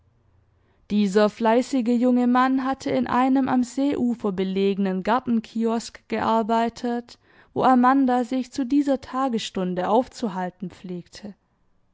dieser fleißige junge mann hatte in einem am seeufer belegenen gartenkiosk gearbeitet wo amanda sich zu dieser tagesstunde aufzuhalten pflegte